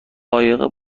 قایق